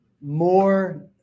more